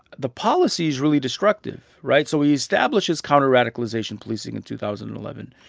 the policy is really destructive. right? so he establishes counter-radicalization policing in two thousand and eleven.